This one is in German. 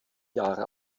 jahre